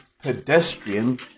pedestrian